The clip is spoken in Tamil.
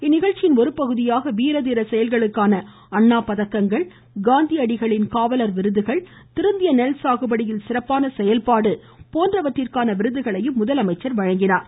இந்நிகழ்ச்சியின் ஒருபகுதியாக வீர தீர செயல்களுக்கான அண்ணா பதக்கங்கள் காந்தியடிகள் காவலர் விருதுகள் திருந்திய நெல் சாகுபடியில் சிறப்பான செயல்பாடு போன்றவற்றிற்கான விருதுகளை முதலமைச்சர் வழங்கினார்